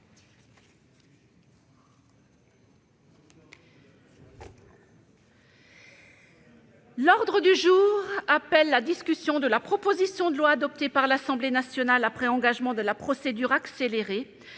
L'ordre du jour appelle la discussion de la proposition de loi, adoptée par l'Assemblée nationale après engagement de la procédure accélérée,